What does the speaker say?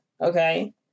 Okay